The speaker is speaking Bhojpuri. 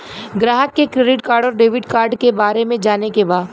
ग्राहक के क्रेडिट कार्ड और डेविड कार्ड के बारे में जाने के बा?